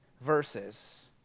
verses